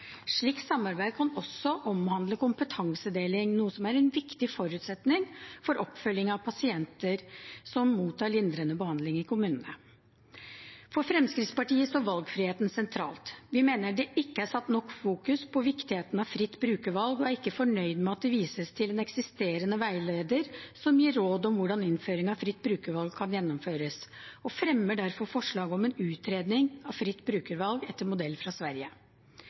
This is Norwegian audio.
Slikt samarbeid kan også omhandle kompetansedeling, noe som er en viktig forutsetning for oppfølging av pasienter som mottar lindrende behandling i kommunene. For Fremskrittspartiet står valgfriheten sentralt. Vi mener det ikke er fokusert nok på viktigheten av fritt brukervalg og er ikke fornøyd med at det vises til en eksisterende veileder som gir råd om hvordan innføring av fritt brukervalg kan gjennomføres. Vi fremmer derfor forslag om en utredning av fritt brukervalg etter modell fra Sverige.